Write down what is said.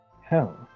Hell